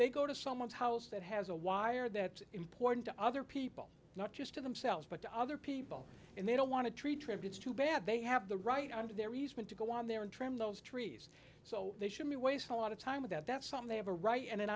they go to someone's house that has a wire that important to other people not just to themselves but to other people and they don't want to treat tributes to bad they have the right under their reason to go on there and trim those trees so they should be wasting a lot of time with that that's something they have a right and an